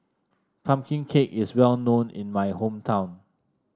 pumpkin cake is well known in my hometown